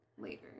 later